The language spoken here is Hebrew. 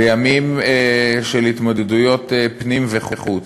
בימים של התמודדויות פנים וחוץ,